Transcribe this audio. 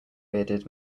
bearded